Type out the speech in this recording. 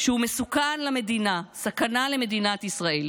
שהוא מסוכן למדינה, סכנה למדינת ישראל.